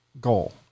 goal